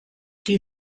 die